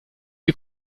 ihr